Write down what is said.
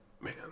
Man